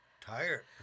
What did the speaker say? tired